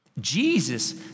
Jesus